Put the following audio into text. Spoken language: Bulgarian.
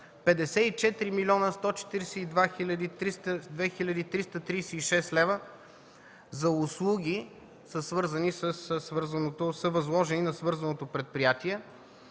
54 млн. 142 хил. 336 лв. за услуги са възложени на свързаното предприятие.